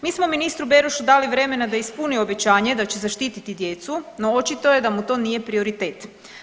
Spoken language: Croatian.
Mi smo ministru Berošu dali vremena da ispuni obećanje da će zaštiti djecu, no očito je da mu to nije prioritet.